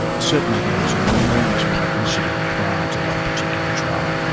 certainly there was enormous publicity prior to that particular trial,